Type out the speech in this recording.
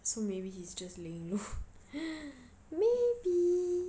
so maybe he's just lame lor maybe